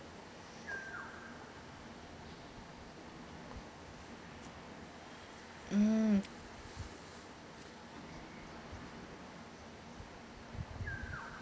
mm